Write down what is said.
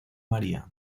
maría